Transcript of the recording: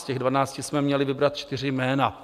Z těch dvanácti jsme měli vybrat čtyři jména.